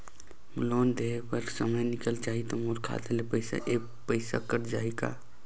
Loan देहे कर समय निकल जाही तो मोर खाता से अपने एप्प पइसा कट जाही का?